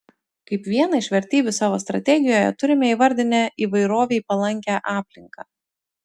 kaip vieną iš vertybių savo strategijoje turime įvardinę įvairovei palankią aplinką